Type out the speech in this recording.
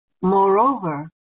Moreover